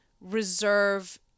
reserve